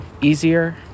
easier